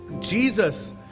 Jesus